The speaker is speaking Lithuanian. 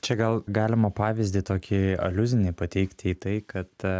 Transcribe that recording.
čia gal galima pavyzdį tokį aliuzinį pateikti į tai kad